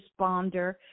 responder